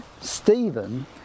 Stephen